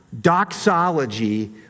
doxology